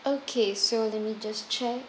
okay so let me just check